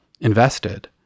invested